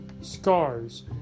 scars